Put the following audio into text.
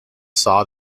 saw